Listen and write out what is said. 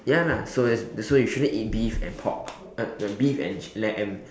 ya lah so you that's why you shouldn't eat beef and pork uh sorry beef and lamb